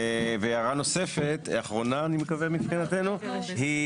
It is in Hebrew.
הערה נוספת, אחרונה אני מקווה, מבחינתנו, היא